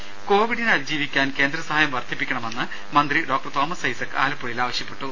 രുര കോവിഡിനെ അതിജീവിക്കാൻ കേന്ദ്ര സഹായം വർധിപ്പിക്കണമെന്ന് മന്ത്രി ഡോ തോമസ് ഐസക് ആലപ്പുഴയിൽ പറഞ്ഞു